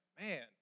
man